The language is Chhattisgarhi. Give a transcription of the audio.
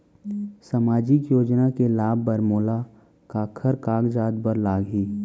सामाजिक योजना के लाभ बर मोला काखर कागजात बर लागही?